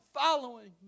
following